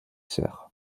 sœurs